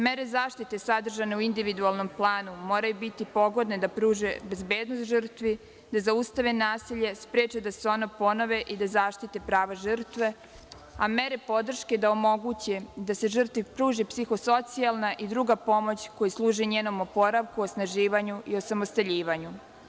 Mere zaštite sadržane u individualnom planu moraju biti pogodne da pruže bezbednost žrtvi, da zaustave nasilje, da spreče da se ona ponove i da zaštite prava žrtve, a mere podrške da omoguće da se žrtvi pruži psiho-socijalna i druga pomoć koja služi njenom oporavku, osnaživanju i osamostaljivanju.